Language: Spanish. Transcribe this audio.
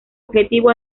objetivo